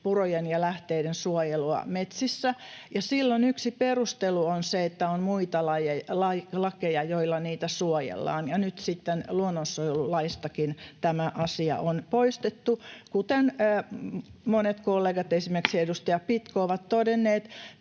purojen ja lähteiden suojelua metsissä, ja silloin yksi perustelu oli se, että on muita lakeja, joilla niitä suojellaan, ja nyt sitten luonnonsuojelulaistakin tämä asia on poistettu. Kuten monet kollegat, esimerkiksi edustaja Pitko, ovat todenneet,